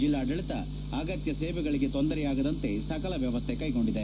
ಜಲ್ಲಾಡಳತ ಅಗತ್ತ ಸೇವೆಗಳಗೆ ತೊಂದರೆಯಾಗದಂತೆ ಸಕಲ ವ್ಯವಸ್ಟೆ ಕೈಗೊಂಡಿದೆ